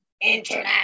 internet